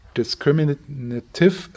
discriminative